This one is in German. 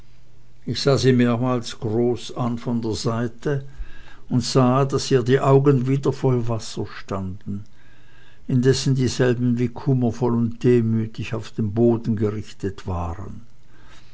ich sah sie mehrmals groß an von der seite und sah daß ihr die augen wieder voll wasser standen indessen dieselben wie kummervoll und demütig auf den boden gerichtet waren